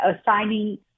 assigning